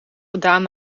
gedaan